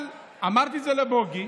אבל אמרתי לבוגי: